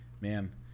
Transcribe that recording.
Man